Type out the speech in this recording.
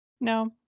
No